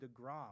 DeGrom